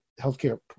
healthcare